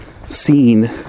scene